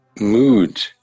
mood